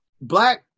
black